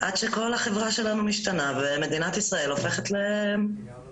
עד שכל החברה שלנו משתנה ומדינת ישראל הופכת לדנמרק,